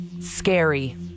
Scary